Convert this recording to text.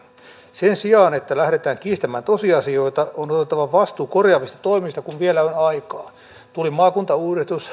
sen sijaan että lähdetään kiistämään tosiasioita on otettava vastuu korjaavista toimista kun vielä on aikaa tuli maakuntauudistus